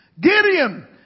Gideon